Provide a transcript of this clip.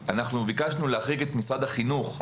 ביקשנו להחריג את משרד החינוך.